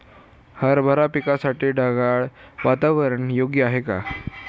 हरभरा पिकासाठी ढगाळ वातावरण योग्य आहे का?